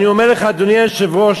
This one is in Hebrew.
אני אומר לך, אדוני היושב-ראש,